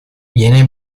viene